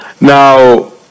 Now